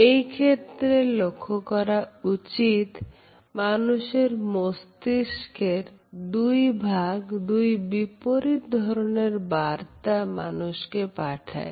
এ ক্ষেত্রে লক্ষ্য করা উচিত মানুষের মস্তিষ্কের দুই ভাগ দুই বিপরীত ধরনের বার্তা মানুষকে পাঠায়